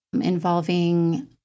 involving